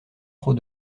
trop